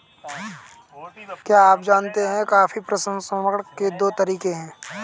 क्या आप जानते है कॉफी प्रसंस्करण के दो तरीके है?